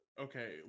okay